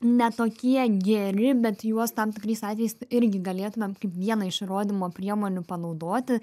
ne tokie geri bet juos tam tikrais atvejais irgi galėtumėm kaip vieną iš įrodymo priemonių panaudoti